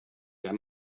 der